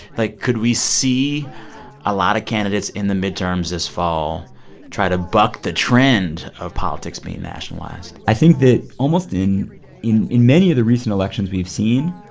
like, could we see a lot of candidates in the midterms this fall try to buck the trend of politics being nationalized? i think that almost in in many of the recent elections we've seen,